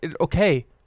okay